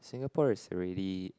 Singapore is really